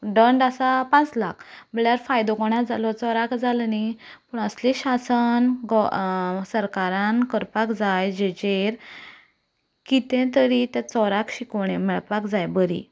दंड आसा पांच लाख म्हणल्यार फायदो कोणाक जालो चोराक जालो न्हय पूण असलें शासन गोंय सरकारान करपाक जाय जाचेर कितें तरी त्या चोराक शिकवण ही मेळपाक जाय बरी